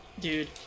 dude